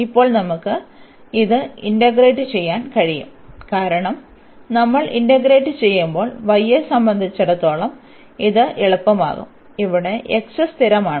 ഇപ്പോൾ നമുക്ക് ഇത് ഇന്റഗ്രേറ്റ് ചെയ്യാൻ കഴിയും കാരണം നമ്മൾ ഇന്റഗ്രേറ്റ് ചെയ്യുമ്പോൾ y യെ സംബന്ധിച്ചിടത്തോളം ഇത് എളുപ്പമാകും ഇവിടെ x സ്ഥിരമാണ്